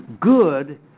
Good